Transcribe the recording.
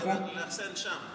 אפשר לאחסן שם.